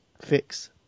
fix